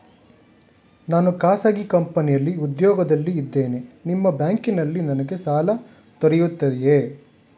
ನಾನು ಖಾಸಗಿ ಕಂಪನಿಯಲ್ಲಿ ಉದ್ಯೋಗದಲ್ಲಿ ಇದ್ದೇನೆ ನಿಮ್ಮ ಬ್ಯಾಂಕಿನಲ್ಲಿ ನನಗೆ ಸಾಲ ದೊರೆಯುತ್ತದೆಯೇ?